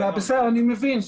אני מבין.